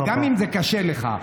וגם אם זה קשה לך,